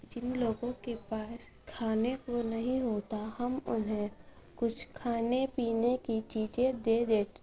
جن لوگوں کے پاس کھانے کو نہیں ہوتا ہم انہیں کچھ کھانے پینے کی چیزیں دے